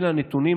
אלה הנתונים.